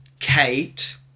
Kate